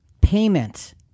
Payment